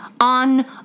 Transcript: On